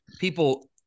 people